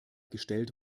gestellt